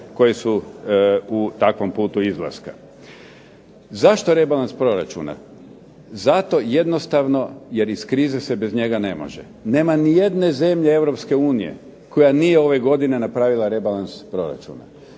koje su u takvom putu izlaska. Zašto rebalans proračuna? Zato jednostavno jer iz krize se bez njega ne može. Nema nijedne zemlje Europske unije koja nije ove godine napravila rebalans proračuna